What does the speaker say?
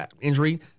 injury